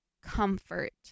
comfort